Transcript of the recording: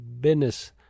business